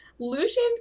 Lucian